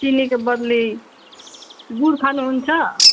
चिनीको बदली गुँड खानुहुन्छ